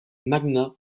magnat